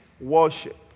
worship